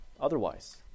otherwise